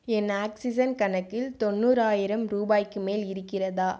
என் oxygen கணக்கில் தொண்ணூறாயிரம் ரூபாய்க்கு மேல் இருக்கிறதா